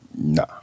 No